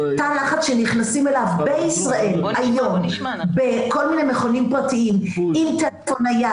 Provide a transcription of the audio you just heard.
תא לחץ שנכנסים אליו בישראל היום בכל מיני מכונים פרטיים עם טלפון נייד,